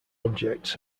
objects